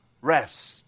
rest